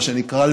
מה שנקרא,